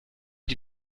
die